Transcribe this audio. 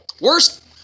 worst